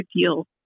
deal